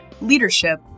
leadership